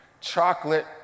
chocolate